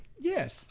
Yes